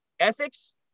Ethics